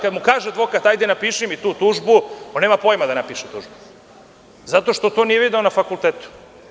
Kad mu kaže advokat -hajde, napiši mi tu tužbu, on nema pojma da napiše tužbu, zato što to nije video na fakultetu.